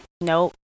nope